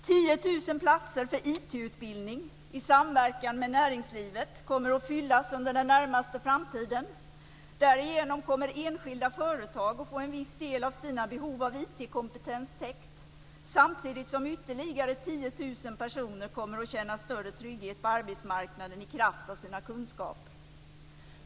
10 000 platser för IT-utbildning i samverkan med näringslivet kommer att fyllas under den närmaste framtiden. Därigenom kommer enskilda företag att få en viss del av sina behov av IT-kompetens täckt, samtidigt som ytterligare 10 000 personer kommer att känna större trygghet på arbetsmarknaden i kraft av sina kunskaper.